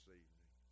evening